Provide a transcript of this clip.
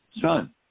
son